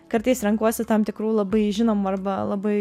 kartais renkuosi tam tikrų labai žinomų arba labai